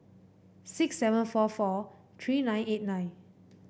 six seven four four three nine eight nine